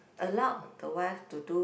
allow the wife to do